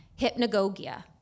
Hypnagogia